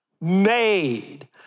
made